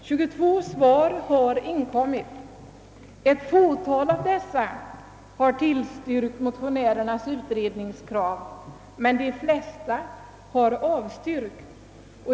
22 svar har inkommit, varav ett fåtal har tillstyrkt motionärernas krav på en allsidig utredning. De flesta har avstyrkt.